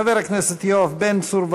חבר הכנסת יואב בן צור,